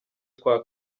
twa